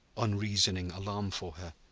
unreasoning alarm for her.